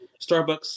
Starbucks